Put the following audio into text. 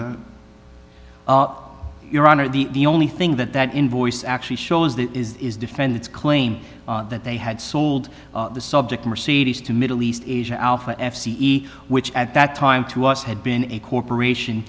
of your honor the the only thing that that invoice actually shows that is defend its claim that they had sold the subject mercedes to middle east asia alpha f c e which at that time to us had been a corporation